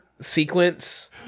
sequence